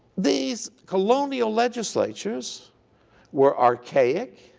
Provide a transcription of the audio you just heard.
these colonial legislatures were archaic,